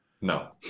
No